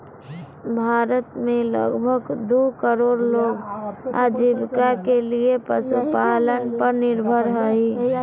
भारत में लगभग दू करोड़ लोग आजीविका के लिये पशुपालन पर निर्भर हइ